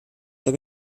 zur